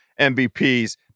MVPs